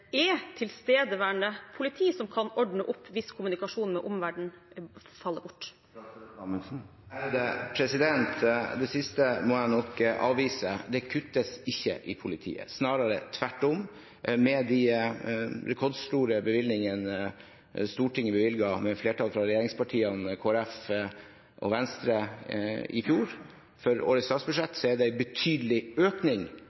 er tilstedeværende politi som kan ordne opp hvis kommunikasjonen med omverdenen faller bort? Det siste må jeg nok avvise: Det kuttes ikke i politiet, snarere tvert om. Med de rekordstore bevilgningene fra Stortinget med flertall fra regjeringspartiene, Kristelig Folkeparti og Venstre i fjor, for årets